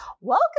Welcome